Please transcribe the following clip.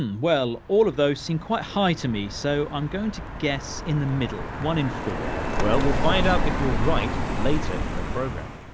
um well, all of those seem quite high to me, so i'm going to guess in the middle, one in four. dan well, we'll find out if you're right later in the programme.